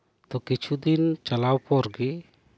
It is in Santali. ᱛᱳ ᱠᱤᱪᱷᱩ ᱫᱤᱱ ᱪᱟᱞᱟᱣ ᱯᱚᱨ ᱜᱮ